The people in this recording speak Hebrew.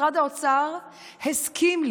משרד האוצר הסכים,